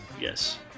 yes